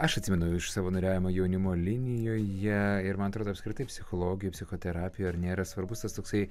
aš atsimenu iš savanoriavimo jaunimo linijoje ir man atrodo apskritai psichologija psichoterapija ar nėra svarbus tas toksai